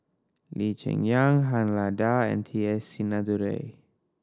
Lee Cheng Yan Han Lao Da and T S Sinnathuray